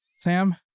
Sam